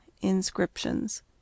inscriptions